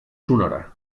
sonora